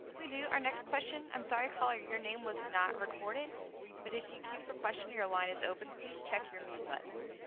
we do our next question i'm sorry caller your name was not recorded but if you queued for question your line is open please check your mute button.